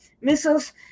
missiles